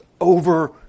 over